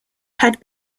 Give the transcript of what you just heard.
had